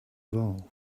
evolve